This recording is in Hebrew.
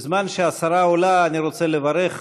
בזמן שהשרה עולה אני רוצה לברך